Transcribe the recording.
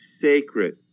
sacred